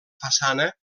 façana